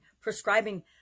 prescribing